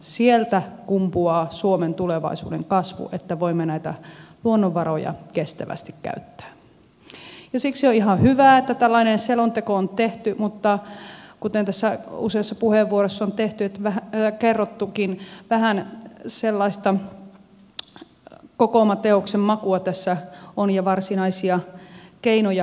sieltä kumpuaa suomen tulevaisuuden kasvu että voimme näitä luonnonvaroja kestävästi käyttää ja siksi on ihan hyvä että tällainen selonteko on tehty mutta kuten useassa puheenvuorossa on kerrottukin vähän sellaista kokoomateoksen makua tässä on ja varsinaisia keinoja puuttuu